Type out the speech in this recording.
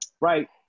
Right